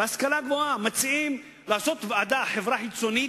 בהשכלה הגבוהה, מציעים לעשות ועדה, חברה חיצונית,